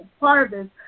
harvest